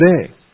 today